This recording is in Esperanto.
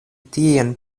tien